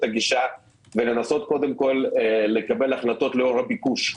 הגישה ולנסות לקבל החלטות לאור הביקוש,